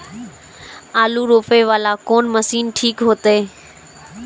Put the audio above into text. आलू रोपे वाला कोन मशीन ठीक होते?